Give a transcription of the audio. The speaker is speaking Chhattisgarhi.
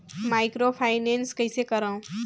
माइक्रोफाइनेंस कइसे करव?